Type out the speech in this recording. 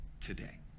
today